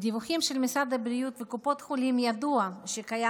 מדיווחים של משרד הבריאות וקופות החולים ידוע שקיים